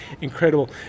incredible